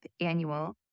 annual